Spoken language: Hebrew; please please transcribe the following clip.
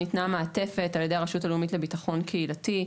ניתנה מעטפת על ידי הרשות הלאומית לביטחון קהילתי.